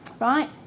right